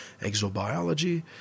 exobiology